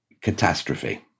catastrophe